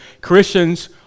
Christians